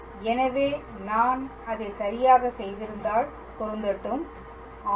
எனவே நான் அதை சரியாக செய்திருந்தால் பொருந்தட்டும் ஆம்